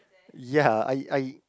ya I I